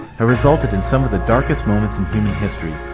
have resulted in some of the darkest moments in human history,